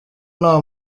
nta